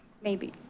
maybe.